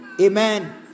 amen